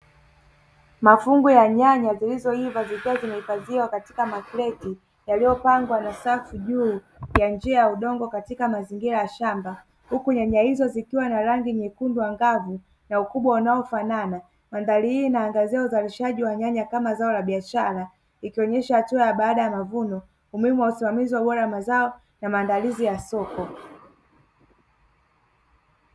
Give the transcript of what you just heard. Mafungu ya nyanya zilizoiva zikiwa zimehifadhiwa katika makreti yaliyopangwa na safu juu ya njia ya udongo katika mazingira ya shamba. Huku nyanya hizo zikiwa na rangi nyekundu angavu na ukubwa unaofanana. Mandhari hii inaangazia uzalishaji wa nyanya kama zao la biashara, ikionyesha hatua baada ya mavuno umuhimu wa usimamizi bora wa mazao na maandalizi ya soko.